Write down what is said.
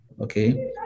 okay